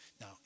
Now